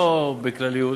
לא בכלליות,